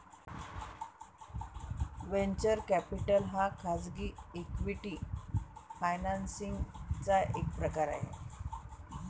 venture capital हा खाजगी equity financing चा एक प्रकार आहे